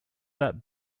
that